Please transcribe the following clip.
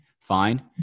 fine